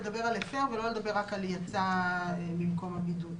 לדבר על "הפר" ולא לדבר רק על "יצא ממקום הבידוד".